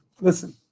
Listen